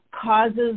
causes